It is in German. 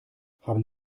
haben